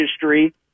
history